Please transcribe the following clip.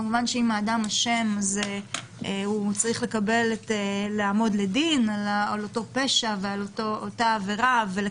כמובן שאם האדם אשם הוא צריך לעמוד לדין על אותו פשע ולקבל את העונש.